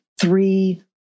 three